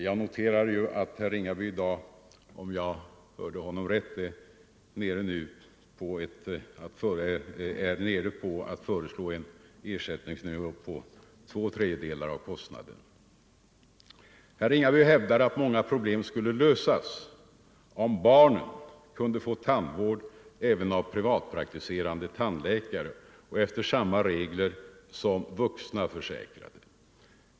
Jag noterar att herr Ringaby i dag — om jag uppfattade honom rätt — var beredd att sänka ersättningsnivån till två tredjedelar av kostnaden. Herr Ringaby hävdar att många problem skulle lösas om barnen kunde få tandvård även av privatpraktiserande läkare och efter samma regler som vuxna försäkrade.